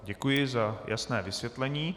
Děkuji za jasné vysvětlení.